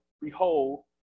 behold